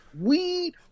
weed